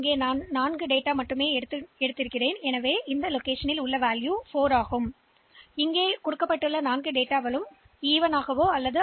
எனவே எனக்கு 4 உள்ளீடுகள் மட்டுமே கிடைத்திருந்தால் இந்த மதிப்பு 4 ஆக இருக்கும் இங்கே எனக்கு உண்மையான எண்கள் கிடைத்துள்ளன